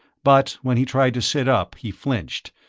but when he tried to sit up, he flinched,